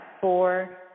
four